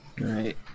Right